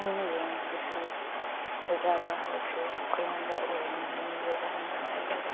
ꯃꯤꯅ ꯌꯦꯡꯕꯗꯁꯨ ꯐꯖꯕ ꯍꯥꯏꯕꯗꯨ ꯑꯩꯈꯣꯏꯉꯣꯟꯗ ꯑꯣꯏꯍꯟꯒꯅꯤ ꯌꯣꯒꯥꯅ ꯃꯔꯝ ꯑꯣꯏꯔꯒ